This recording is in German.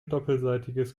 doppelseitiges